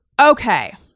Okay